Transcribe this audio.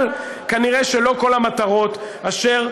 אבל כנראה לא כל המטרות אשר,